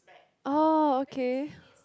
oh okay